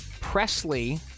Presley